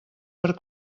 per